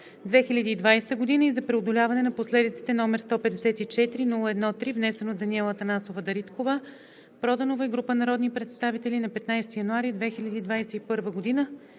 2020 г., и за преодоляване на последиците, № 154-01-3, внесен от Даниела Анастасова Дариткова Проданова и група народни представители на 15 януари 2021 г.,